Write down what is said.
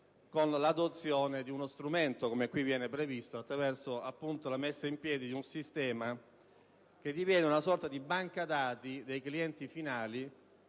con l'adozione di uno strumento come quello qui previsto. Mi riferisco alla creazione di un sistema che diviene una sorta di banca dati dei clienti finali